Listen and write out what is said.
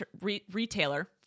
retailer